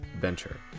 venture